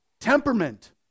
temperament